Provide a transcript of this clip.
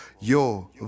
Yo